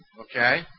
Okay